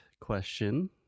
question